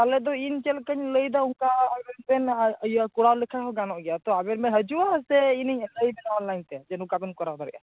ᱛᱟᱦᱚᱞᱮ ᱫᱚ ᱤᱧ ᱪᱮᱫ ᱞᱮᱠᱟᱧ ᱞᱟᱹᱭ ᱮᱫᱟ ᱱᱚᱝᱠᱟ ᱟᱵᱮᱱ ᱵᱮᱱ ᱤᱭᱟᱹ ᱠᱚᱨᱟᱣ ᱞᱮᱠᱷᱟᱱ ᱦᱚ ᱜᱟᱱᱚᱜ ᱜᱮᱭᱟ ᱛᱚ ᱟᱵᱮᱱ ᱵᱮᱱ ᱦᱤᱡᱩᱜᱼᱟ ᱥᱮ ᱤᱧᱤᱧ ᱚᱱᱞᱟᱭᱮᱱᱛᱮ ᱡᱮ ᱱᱚᱝᱠᱟᱵᱮᱱ ᱠᱚᱨᱟᱣ ᱫᱟᱲᱮᱭᱟᱜᱼᱟ